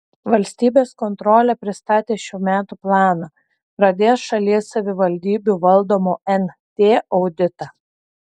valstybės kontrolė pristatė šių metų planą pradės šalies savivaldybių valdomo nt auditą